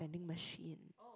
machine